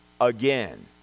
again